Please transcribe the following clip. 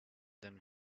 them